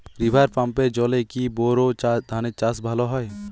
River পাম্পের জলে কি বোর ধানের চাষ ভালো হয়?